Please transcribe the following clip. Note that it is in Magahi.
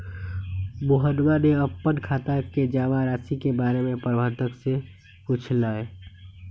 मोहनवा ने अपन खाता के जमा राशि के बारें में प्रबंधक से पूछलय